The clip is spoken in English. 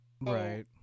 Right